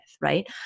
Right